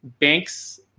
banks